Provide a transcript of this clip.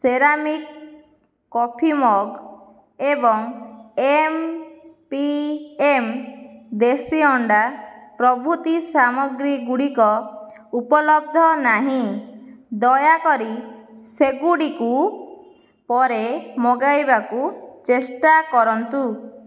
ceramic coffee mug ଏବଂ M P M ଦେଶୀ ଅଣ୍ଡା ପ୍ରଭୃତି ସାମଗ୍ରୀ ଗୁଡ଼ିକ ଉପଲବ୍ଧ ନାହିଁ ଦୟାକରି ସେଗୁଡ଼ିକୁ ପରେ ମଗାଇବାକୁ ଚେଷ୍ଟା କରନ୍ତୁ